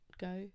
go